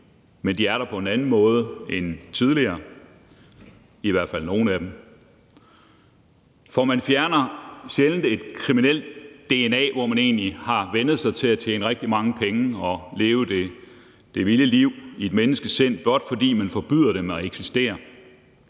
men de er der på en anden måde end tidligere, i hvert fald nogle af dem. For man fjerner sjældent et kriminelt dna i et menneskesind, når et menneske egentlig har vænnet sig til at tjene rigtig mange penge og leve det vilde liv, blot fordi man forbyder dem at eksistere.